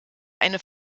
eine